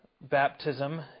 baptism